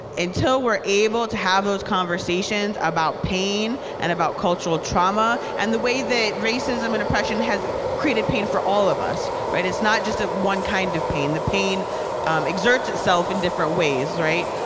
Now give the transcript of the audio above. until we're able to have those conversations about pain and about cultural trauma and the way that racism and oppression has created pain for all of us. it's not just ah one kind of pain. the pain exerts itself in different ways. right?